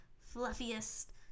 fluffiest